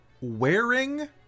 wearing